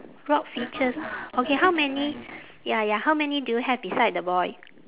rock features okay how many ya ya how many do you have beside the boy